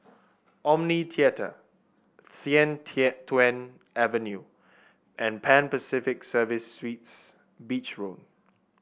Omni Theatre Sian Tuan Avenue and Pan Pacific Service Suites Beach Road